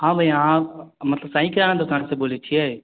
हॅं भैया अहाँ मतलब साईं के यहाँ दोकान सऽ बोलै छियै